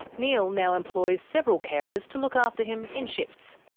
neil now employs several carers to look after him in shifts,